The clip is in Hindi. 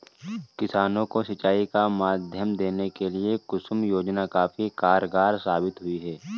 किसानों को सिंचाई का माध्यम देने के लिए कुसुम योजना काफी कारगार साबित हुई है